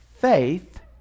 faith